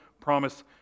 promise